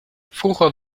vroeger